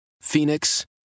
Phoenix